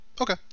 Okay